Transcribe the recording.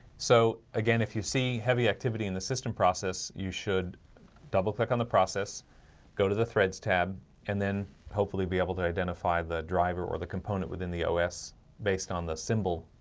so again, if you see heavy activity in the system process you should double click on the process go to the threads tab and then hopefully be able to identify the driver or the component within the ah os based on the symbol.